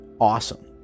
awesome